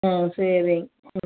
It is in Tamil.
ம் சரிங்க ம்